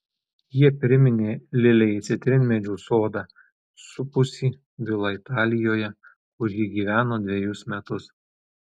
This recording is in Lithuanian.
jie priminė lilei citrinmedžių sodą supusį vilą italijoje kur ji gyveno dvejus metus